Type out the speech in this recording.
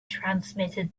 transmitted